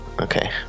Okay